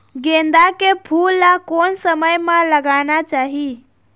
गेंदा के फूल ला कोन समय मा लगाना चाही?